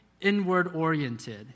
inward-oriented